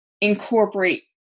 incorporate